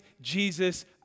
Jesus